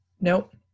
Nope